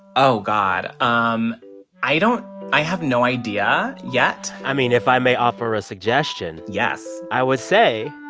oh, god, um i don't i have no idea yet i mean, if i may offer a suggestion yes i would say,